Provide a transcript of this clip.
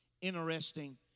interesting